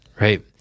Right